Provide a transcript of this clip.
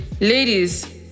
ladies